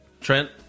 Trent